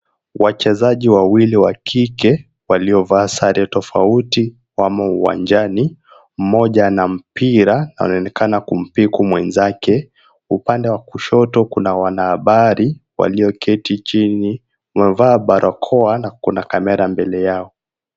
Wachezaji wawili wa kike waliovaa sare tofauti wamo uwanjani, mmoja ana mpira anampiku mwenzake, upande wa kushoto kuna wanahabari walioketi chini wamevaa barakoa na kuna kamera mbele yao.